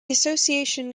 association